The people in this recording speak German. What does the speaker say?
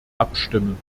abstimmen